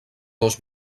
dos